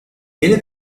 yeni